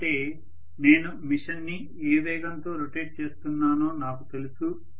ఎందుకంటే నేను మెషిన్ ని ఏ వేగంతో రొటేట్ చేస్తున్నానో నాకు తెలుసు